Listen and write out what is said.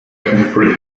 contemporary